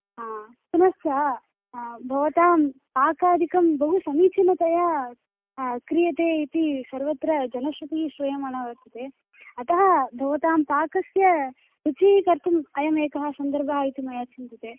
आं पुनश्च भवतां पाकादिकं बहु समीचिनतया क्रियते इति सर्वत्र जनश्रुतिः श्रूयमाणा वर्तते अतः भवतां पाकस्य रुचिः कर्तुम् अयमेकः सन्दर्भः इति मया चिन्त्यते